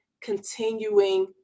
continuing